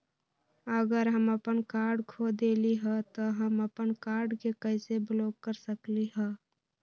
अगर हम अपन कार्ड खो देली ह त हम अपन कार्ड के कैसे ब्लॉक कर सकली ह?